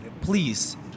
please